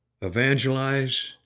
evangelize